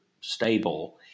stable